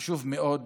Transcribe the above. חשוב מאוד,